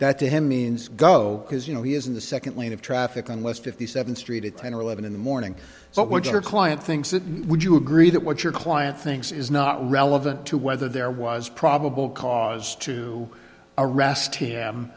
that to him means go because you know he is in the second lane of traffic on west fifty seventh street at ten or eleven in the morning so what your client thinks it would you agree that what your client thinks is not relevant to whether there was probable cause to arrest him